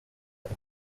ako